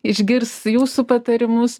išgirs jūsų patarimus